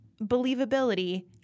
believability